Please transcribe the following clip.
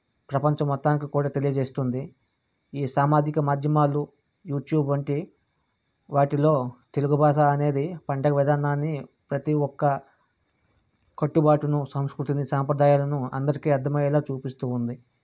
ప్రపంచం మొత్తానికి కూడా తెలియచేస్తుంది ఈ సామాజిక మాధ్యమాలు యూట్యూబ్ వంటి వాటిల్లో తెలుగు భాష అనేది ప్రతి ఒక్క కట్టుబాటును సాంస్కృతి సాంప్రదాయాలను అందరికీ అర్థమయ్యేలా చూపిస్తూ ఉంది